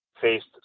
faced